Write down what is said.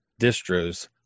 distros